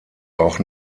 auch